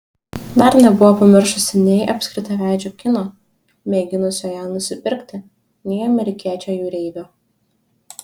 dar nebuvo pamiršusi nei apskritaveidžio kino mėginusio ją nusipirkti nei amerikiečio jūreivio